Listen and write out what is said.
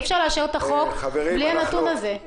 אי-אפשר לאשר את החוק בלי הנתון הזה.